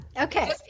Okay